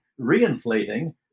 reinflating